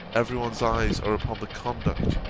every one's eyes are upon the conduct,